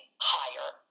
higher